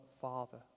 Father